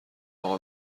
اقا